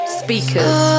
speakers